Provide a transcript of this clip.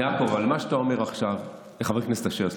יעקב, מה שאתה אומר עכשיו, סליחה, חבר הכנסת אשר.